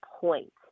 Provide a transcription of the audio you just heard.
point